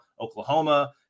Oklahoma